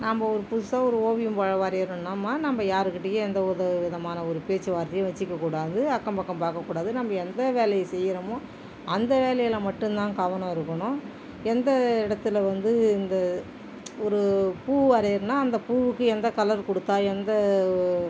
நாம் ஒரு புதுசாக ஒரு ஓவியம் வ வரையிறோன்னாம்மா நம்ம யாருகிட்டையும் எந்த ஒரு விதமான ஒரு பேச்சு வார்த்தையும் வச்சுக்க கூடாது அக்கம் பக்கம் பார்க்கக் கூடாது நம்ம எந்த வேலையை செய்யுகிறோமோ அந்த வேலையில் மட்டும் தான் கவனம் இருக்கணும் எந்த இடத்துல வந்து இந்த ஒரு பூ வரையுகிறோன்னா அந்த பூவுக்கு எந்த கலர் கொடுத்தா எந்த